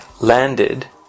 Landed